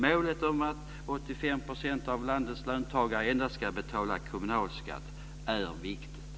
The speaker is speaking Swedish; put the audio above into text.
Målet att 85 % av landets löntagare endast ska betala kommunalskatt är viktigt.